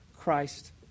Christ